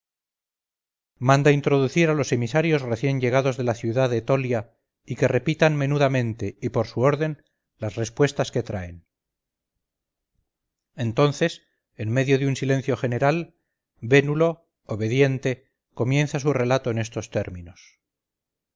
manda introducir a los emisarios recién llegados de la ciudad etolia y que repitan menudamente y por su orden las respuestas que traen entonces en medio de un silencio general vénulo obediente comienza su relato en estos términos